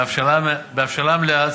בהבשלה מלאה,